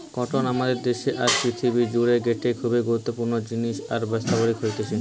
cotton আমাদের দেশে আর পৃথিবী জুড়ে গটে খুবই গুরুত্বপূর্ণ জিনিস আর বিস্তারিত হতিছে